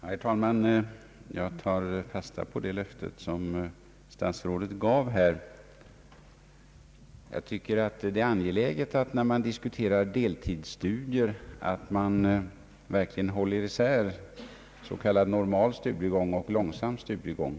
Herr talman! Jag tar fasta på det löfte som statsrådet gav. Enligt min mening är det angeläget, när man diskuterar deltidsstudier, att verkligen hålla isär s.k. normal studiegång och långsam studiegång.